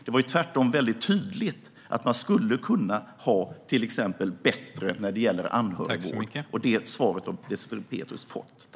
Det var tvärtom mycket tydligt att man skulle kunna ha till exempel bättre villkor när det gäller anhörigvård. Detta svar har Désirée Pethrus fått.